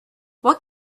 what